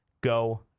go